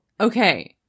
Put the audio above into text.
Okay